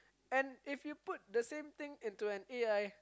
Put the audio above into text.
and if you put thing into an A_I